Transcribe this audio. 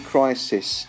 Crisis